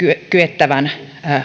kyettävän